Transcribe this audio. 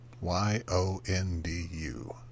Y-O-N-D-U